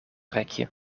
rekje